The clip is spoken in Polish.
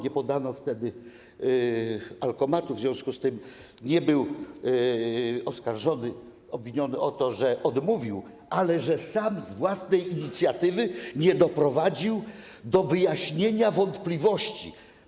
Nie podano wtedy alkomatu, w związku z tym nie był oskarżony, obwiniony o to, że odmówił, ale o to, że sam z własnej inicjatywy nie doprowadził do wyjaśnienia wątpliwości.